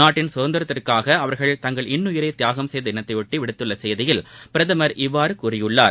நாட்டின் சுதந்திரத்திற்காக அவர்கள் தங்கள் இன்னுயிரை தியாகம் செய்த தினத்தையொட்டி விடுத்துள்ள செய்தியில் பிரதமர் இவ்வாறு கூறியுள்ளார்